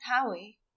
Howie